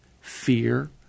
fear